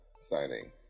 signing